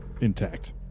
intact